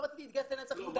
לא רציתי להתגייס לנצח יהודה.